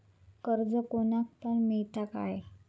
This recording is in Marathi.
कर्ज कोणाक पण मेलता काय?